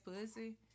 pussy